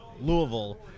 Louisville